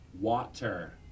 water